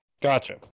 Gotcha